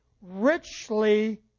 richly